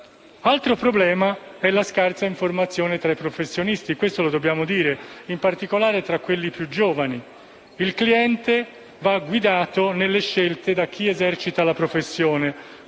Altro problema è la scarsa informazione tra i professionisti, in particolare tra quelli più giovani. Il cliente va guidato nelle scelte da chi esercita la professione,